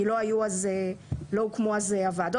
כי לא הוקמו אז הוועדות,